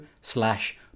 slash